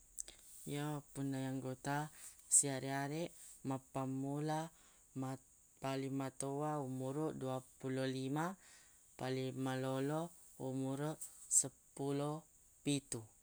Ya wappunai anggota siareq-areq mappammula mat- paling matowa umuruq duappulo lima paling malolo umuruq seppulo pitu